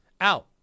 Out